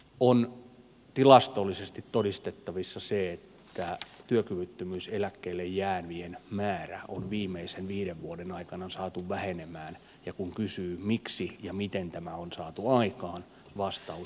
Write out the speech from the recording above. on tilastollisesti todistettavissa se että työkyvyttömyyseläkkeelle jäävien määrä on viimeisen viiden vuoden aikana saatu vähenemään ja kun kysyy miksi ja miten tämä on saatu aikaan vastaus on